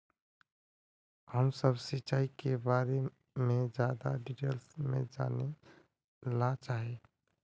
हम सब सिंचाई के बारे में ज्यादा डिटेल्स में जाने ला चाहे?